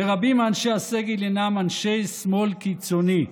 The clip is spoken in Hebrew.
ורבים מאנשי הסגל הינם אנשי שמאל קיצוני.